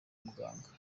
muganga